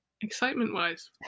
excitement-wise